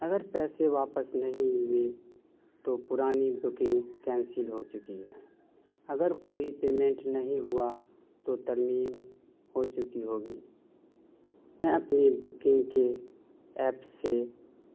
اگر پیسے واپس نہیں ہوئے تو پرانی بکنگ کینسل ہو چکی ہے اگر کوئی پیمنٹ نہیں ہوا تو ترمیم ہو چکی ہوگی میں اپنی بکنگ کے ایپ سے